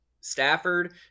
Stafford